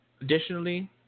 Additionally